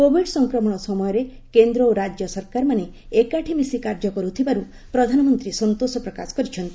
Covid ସଂକ୍ରମଣ ସମୟରେ କେନ୍ଦ୍ର ଓ ରାଜ୍ୟ ସରକାରମାନେ ଏକାଠି ମିଶି କାର୍ଯ୍ୟ କରିଥିବାରୁ ପ୍ରଧାନମନ୍ତ୍ରୀ ସନ୍ତୋଷ ପ୍ରକାଶ କରିଛନ୍ତି